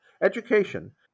Education